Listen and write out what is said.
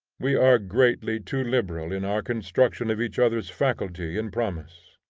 we are greatly too liberal in our construction of each other's faculty and promise.